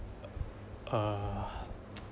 err